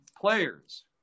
players